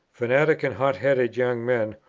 fanatic and hot-headed young men,